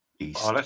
east